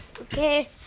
Okay